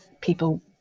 people